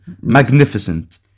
Magnificent